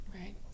Right